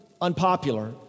unpopular